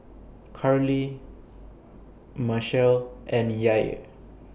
Carlie Marcelle and Yair